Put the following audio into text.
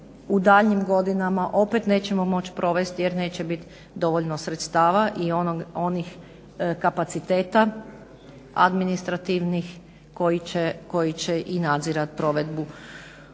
u daljnjim godinama opet nećemo moći provesti jer neće biti dovoljno sredstava i onih kapaciteta administrativnih koji će i nadzirati provedbu